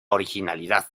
originalidad